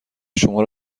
شما